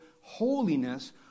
holiness